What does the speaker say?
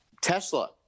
Tesla